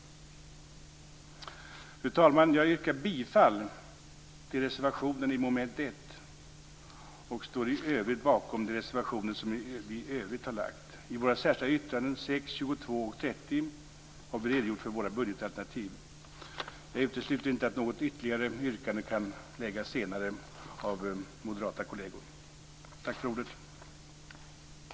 Fru talman! Jag yrkar bifall till reservationen under mom. 1, och står i övrigt bakom våra reservationer. I våra särskilda yttranden 6, 22 och 30 har vi redogjort för våra budgetalternativ. Jag utesluter inte att något ytterligare yrkande kan göras senare av moderata kolleger. Tack för ordet!